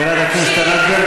חברת הכנסת ענת ברקו,